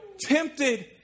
tempted